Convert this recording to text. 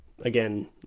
again